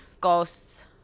Ghosts